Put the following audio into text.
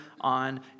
on